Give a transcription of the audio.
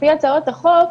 לפי הצעות החוק,